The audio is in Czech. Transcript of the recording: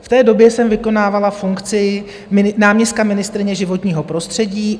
V té době jsem vykonávala funkci náměstka ministryně životního prostředí.